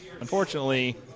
Unfortunately